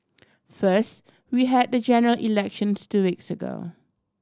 first we had the general elections two weeks ago